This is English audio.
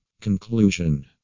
Conclusion